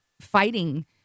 fighting